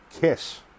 KISS